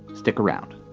stick around